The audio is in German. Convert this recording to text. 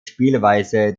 spielweise